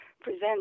present